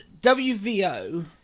WVO